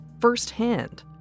firsthand